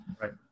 Right